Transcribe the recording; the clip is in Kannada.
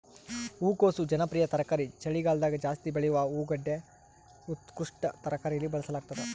ಹೂಕೋಸು ಜನಪ್ರಿಯ ತರಕಾರಿ ಚಳಿಗಾಲದಗಜಾಸ್ತಿ ಬೆಳೆಯುವ ಹೂಗಡ್ಡೆ ಉತ್ಕೃಷ್ಟ ತರಕಾರಿಯಲ್ಲಿ ಬಳಸಲಾಗ್ತದ